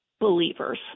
believers